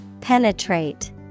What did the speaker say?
Penetrate